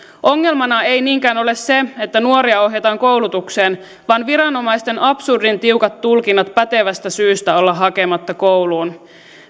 ongelmana ei niinkään ole se että nuoria ohjataan koulutukseen vaan viranomaisten absurdin tiukat tulkinnat pätevästä syystä olla hakematta kouluun